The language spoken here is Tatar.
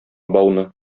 бауны